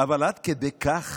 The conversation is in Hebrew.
אבל עד כדי כך